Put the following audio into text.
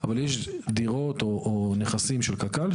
אבל יש דירות או נכסים של קק"ל,